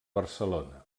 barcelona